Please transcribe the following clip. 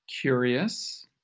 Curious